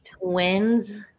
Twins